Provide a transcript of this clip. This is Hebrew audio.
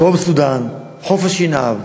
דרום-סודאן, חוף-השנהב